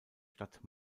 stadt